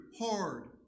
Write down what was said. hard